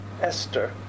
Esther